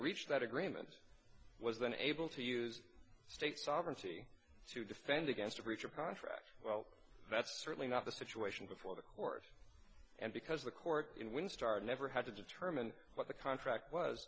reached that agreement was then able to use state sovereignty to defend against a breach of contract well that's certainly not the situation before the horse and because the court in winstar never had to determine what the contract was